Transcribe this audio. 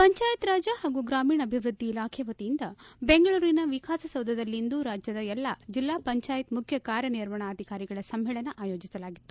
ಪಂಚಾಯತ್ರಾಜ್ ಪಾಗೂ ಗ್ರಾಮೀಣಾಭಿವೃದ್ದಿ ಇಲಾಖೆಯ ವತಿಯಿಂದ ಬೆಂಗಳೂರಿನ ವಿಕಾಸಸೌಧದಲ್ಲಿಂದು ರಾಜ್ಯದ ಎಲ್ಲ ಜಿಲ್ಲಾ ಪಂಚಾಯತ್ ಮುಖ್ಯ ಕಾರ್ಯನಿರ್ವಹಣಾಧಿಕಾರಿಗಳ ಸಮ್ಮೇಳನ ಆಯೋಜಿಸಲಾಗಿತ್ತು